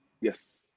Yes